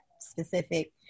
specific